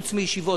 חוץ מבישיבות,